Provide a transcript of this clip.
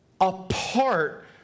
apart